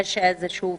יש איזה שהוא 'פריז'